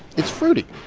it's fruity.